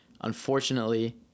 Unfortunately